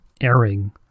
airing